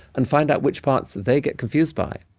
and find out which parts they get confused by.